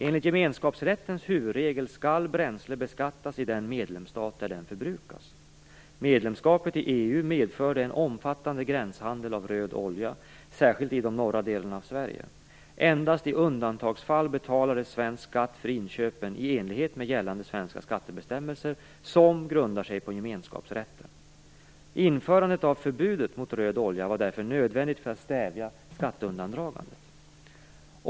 Enligt gemenskapsrättens huvudregel skall bränsle beskattas i den medlemsstat där det förbrukas. Medlemskapet i EU medförde en omfattande gränshandel av röd olja, särskilt i de norra delarna av Sverige. Endast i undantagsfall betalades svensk skatt vid inköpen i enlighet med gällande svenska skattebestämmelser, som grundar sig på gemenskapsrätten. Införandet av förbudet mot röd olja var därför nödvändigt för att stävja skatteundandragandet.